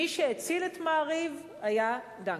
מי שהציל את "מעריב" היה דנקנר.